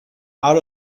out